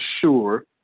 sure